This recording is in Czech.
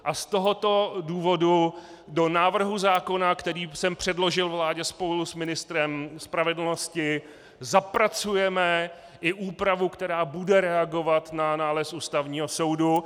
Z tohoto důvodu do návrhu zákona, který jsem předložil vládě spolu s ministrem spravedlnosti, zapracujeme i úpravu, která bude reagovat na nález Ústavního soudu.